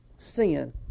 Sin